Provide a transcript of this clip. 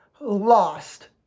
lost